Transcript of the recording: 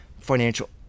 financial